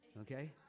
okay